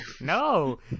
no